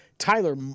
Tyler